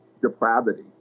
depravity